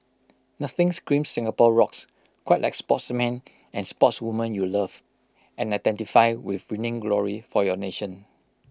nothing screams Singapore rocks quite like sportsman and sportswoman you love and identify with winning glory for your nation